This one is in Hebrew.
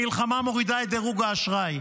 מלחמה מורידה את דירוג האשראי,